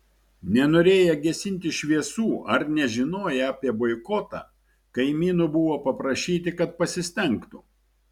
nenorėję gesinti šviesų ar nežinoję apie boikotą kaimynų buvo paprašyti kad pasistengtų